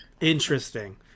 Interesting